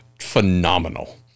Phenomenal